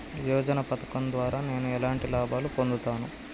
యోజన పథకం ద్వారా నేను ఎలాంటి లాభాలు పొందుతాను?